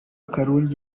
karungi